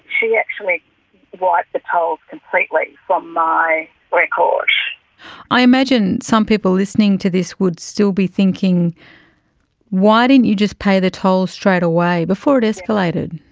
she actually wiped the tolls completely from my record. i imagine some people listening to this would still be thinking why didn't you just pay the tolls straight away before it escalated.